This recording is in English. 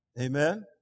amen